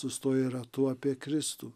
sustoję ratu apie kristų